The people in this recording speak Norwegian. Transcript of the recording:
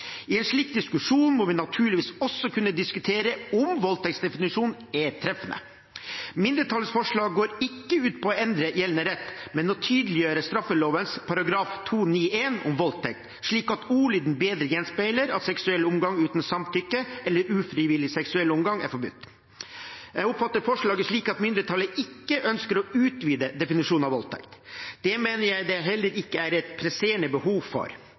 I en slik diskusjon må vi naturligvis også kunne diskutere om voldtektsdefinisjonen er treffende. Mindretallsforslaget går ikke ut på å endre gjeldende rett, men å tydeliggjøre straffeloven § 291 om voldtekt, slik at ordlyden bedre gjenspeiler at seksuell omgang uten samtykke, eller ufrivillig seksuell omgang, er forbudt. Jeg oppfatter forslaget slik at mindretallet ikke ønsker å utvide definisjonen av voldtekt. Det mener jeg det heller ikke er et presserende behov for.